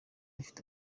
afite